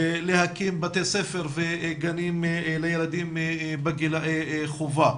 להקים בתי ספר וגנים לילדים בגילאי חובה.